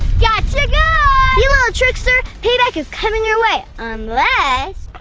yeah you little trickster! payback is coming your way unless.